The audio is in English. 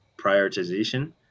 Prioritization